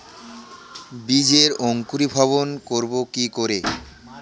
বীজের অঙ্কোরি ভবন করব কিকরে?